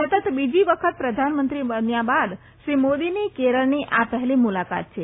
સતત બીજી વખત પ્રધાનમંત્રી બન્યા બાદ શ્રી મોદીની કેરળની આ પહેલી મુલાકાત છે